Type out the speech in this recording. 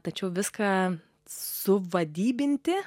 tačiau viską suvadybinti